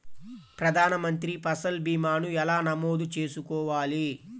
ప్రధాన మంత్రి పసల్ భీమాను ఎలా నమోదు చేసుకోవాలి?